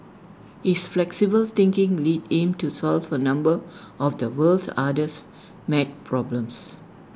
his flexible thinking led him to solve A number of the world's hardest math problems